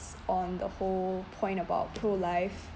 on the whole point about pro life